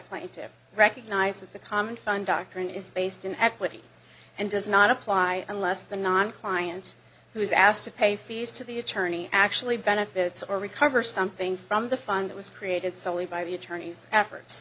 plaintiffs recognize that the common fund doctrine is based in equity and does not apply unless the non client who is asked to pay fees to the attorney actually benefits or recover something from the fund that was created solely by the attorney's effort